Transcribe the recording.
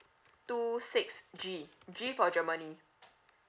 two six G G for germany